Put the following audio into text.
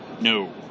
No